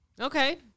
Okay